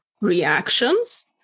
reactions